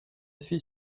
suis